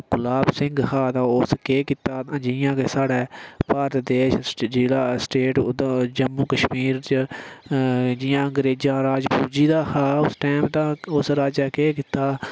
गुलाब सिंह हा ते उस केह् कीता जि'यां कि साढ़े भारत देश च जिला उधमपुर स्टेट जम्मू कश्मीर च जि'यां अंग्रेजें दा राज पुज्जी दा हा उस टैम ते उस राजे केह् कीता